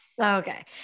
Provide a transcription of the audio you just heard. okay